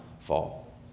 fall